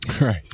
right